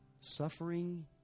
suffering